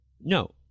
No